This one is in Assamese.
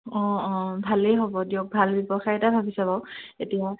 অঁ অঁ ভালেই হ'ব দিয়ক ভাল ব্যৱসায় এটা ভাবিছে বাৰু এতিয়া